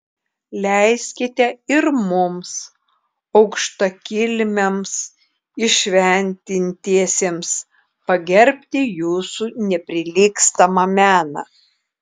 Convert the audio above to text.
leiskite ir mums aukštakilmiams įšventintiesiems pagerbti jūsų neprilygstamą meną